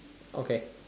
okay